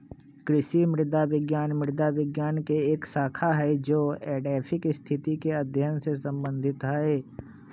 कृषि मृदा विज्ञान मृदा विज्ञान के एक शाखा हई जो एडैफिक स्थिति के अध्ययन से संबंधित हई